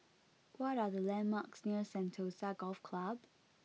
what are the landmarks near Sentosa Golf Club